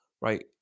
right